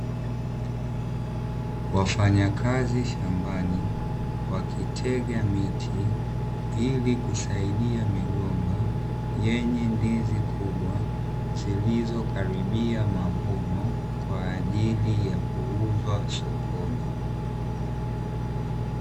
Wafanyakazi shambani wakitega miti, ili kusaidia migomba yenye ndizi kubwa, zilizokaribia mavuno kwa ajili ya kuuzwa sokoni.